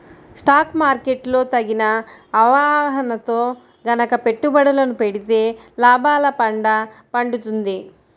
stock market లో తగిన అవగాహనతో గనక పెట్టుబడులను పెడితే లాభాల పండ పండుతుంది